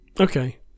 Okay